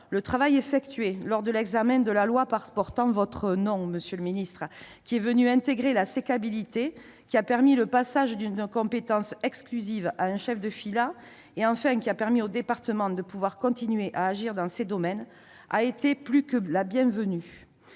le travail effectué lors de l'examen de la loi portant votre nom, monsieur le ministre, loi qui est venue intégrer la « sécabilité », a permis le passage d'une compétence exclusive à un « chef de filât » et a autorisé les départements à continuer d'agir dans ces domaines, a été plus que bienvenu.